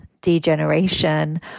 degeneration